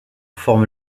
forme